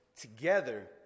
together